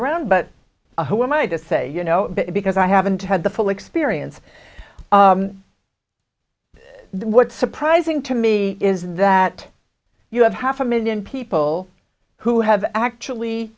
around but who am i to say you know because i haven't had the full experience what's surprising to me is that you have half a million people who have actually